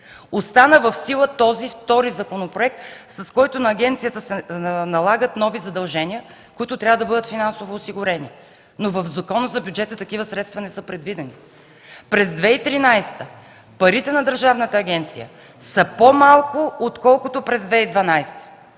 Остана в сила този втори законопроект, с който на агенцията се налагат нови задължения, които трябва да бъдат финансово осигурени, но в Закона за бюджета такива средства не са предвидени. През 2013 г. парите на държавната агенция са по-малко отколкото през 2012